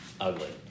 ugly